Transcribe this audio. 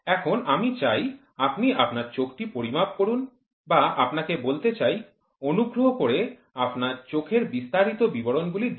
এখন আমি চাই আপনি আপনার চোখটি পরিমাপ করুন বা আপনাকে বলতে চাই অনুগ্রহ করে আপনার চোখের বিস্তারিত বিবরণ গুলি দিন